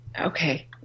okay